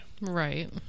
Right